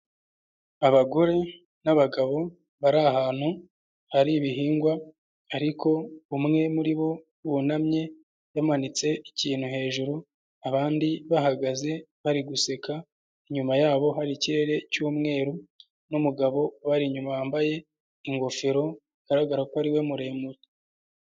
Abagore n'abagabo bari ahantu hari ibihingwa ariko umwe muri bo wunamye yamanitse ikintu hejuru abandi bahagaze bari guseka, inyuma yabo hari ikirere cy'umweru n'umugabo ubari inyuma wambaye ingofero bigaragara ko ari we muremure.